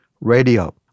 radio